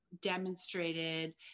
demonstrated